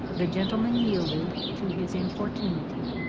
the gentleman yielded to his importunity.